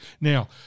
Now